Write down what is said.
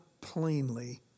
plainly